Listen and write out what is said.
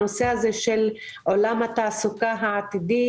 הנושא הזה של עולם התעסוקה העתידי